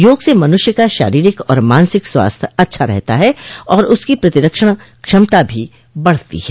योग से मनुष्य का शारीरिक और मानसिक स्वास्थ्य अच्छा रहता है और उसकी प्रतिरक्षण क्षमता भी बढ़ती है